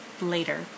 later